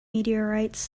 meteorites